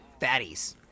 fatties